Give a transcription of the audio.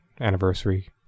Anniversary